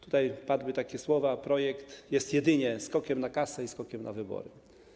Tutaj padły takie słowa: projekt jest jedynie skokiem na kasę i skokiem na wybory.